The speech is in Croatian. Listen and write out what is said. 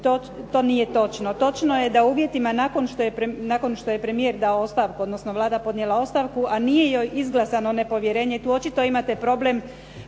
To nije točno. Točno je da u uvjetima nakon što je premijer dao ostavku, odnosno premijer dao ostavku, odnosno Vlada podnijela ostavku a nije joj izglasano nepovjerenje, tu očito imate problem